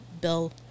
bill